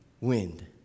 wind